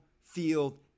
field